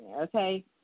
Okay